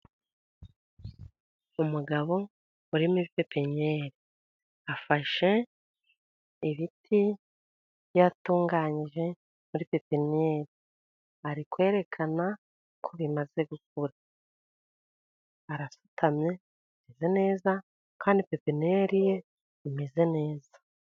Umugabo uri muri pepiniyeri afashe ibiti yatunganyije muri pepiniyeri. Ari kwerekana ko bimaze gukura, arasutamye, ameze neza kandi pepiniyeri ye imeze neza.